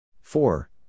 Four